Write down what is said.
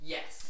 Yes